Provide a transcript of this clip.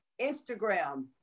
Instagram